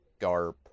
Garp